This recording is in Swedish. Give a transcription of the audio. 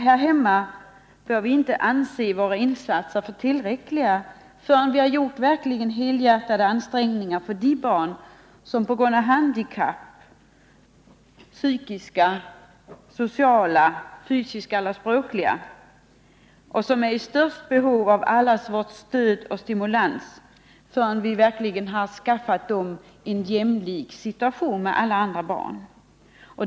Här hemma bör vi inte anse att våra insatser är tillräckliga förrän vi gjort verkligt helhjärtade ansträngningar för att ge de barn som på grund av handikapp - psykiska, sociala, fysiska eller språkliga — är i det största behovet av allas vårt stöd och stimulans en situation som är jämlik med andra barns.